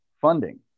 funding